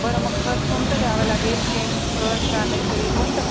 बरं मग खत कोणतं द्यावं लागेल शेणखत का नैसर्गिक कोणतं